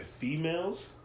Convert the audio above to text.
females